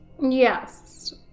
Yes